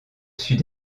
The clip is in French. sud